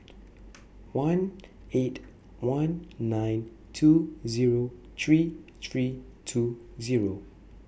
one eight one nine two Zero three three two Zero